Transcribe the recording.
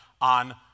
on